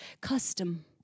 Custom